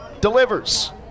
delivers